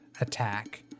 attack